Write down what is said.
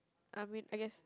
I mean I guess